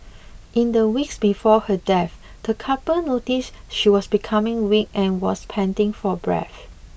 in the weeks before her death the couple noticed she was becoming weak and was panting for breath